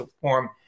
form